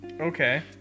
Okay